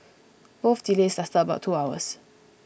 both delays lasted about two hours